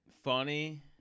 funny